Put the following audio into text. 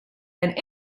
and